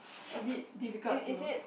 a bit difficult to